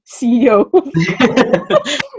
CEO